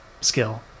skill